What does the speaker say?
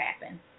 happen